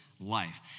life